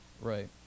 Right